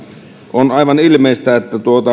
on aivan ilmeistä